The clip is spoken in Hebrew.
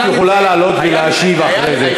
את יכולה לעלות ולהשיב אחרי זה.